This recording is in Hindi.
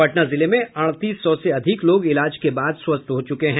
पटना जिले में अड़तीस सौ से अधिक लोग इलाज के बाद स्वस्थ हो चुके हैं